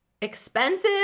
expensive